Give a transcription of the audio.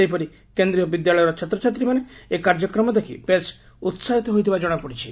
ସେହିପରି କେନ୍ଦୀୟ ବିଦ୍ୟାଳୟର ଛାତ୍ରଛାତ୍ରୀମାନେ ଏହି କାର୍ଯ୍ୟକ୍ରମ ଦେଖ ବେଶ୍ ଉସାହିତ ହୋଇଥିବା ଜଣାପଡ଼ିଛି